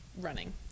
running